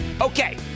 Okay